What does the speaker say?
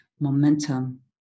momentum